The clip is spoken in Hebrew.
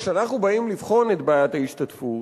כשאנחנו באים לבחון את בעיית ההשתתפות,